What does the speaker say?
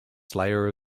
slayer